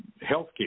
healthcare